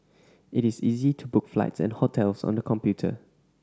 it is easy to book flights and hotels on the computer